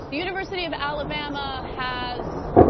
the university of alabama has